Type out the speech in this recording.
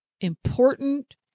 important